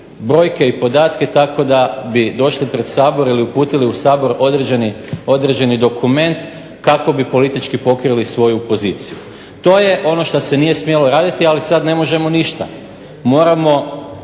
brojke i podatke tako da bi došli pred Sabor ili uputili u Sabor određeni dokument kako bi politički pokrili svoju poziciju. To je ono što se nije smjelo raditi ali sada ne možemo ništa moramo